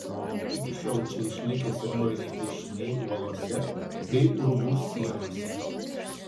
iki šiol čia išlikę senoviniai piešiniai uolose bei urvų sienose